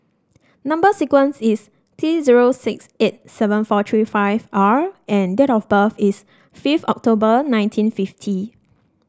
number sequence is T zero six eight seven four three five R and date of birth is fifth October nineteen fifty